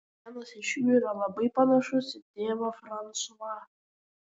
vienas iš jų yra labai panašus į tėvą fransuą